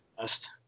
best